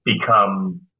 become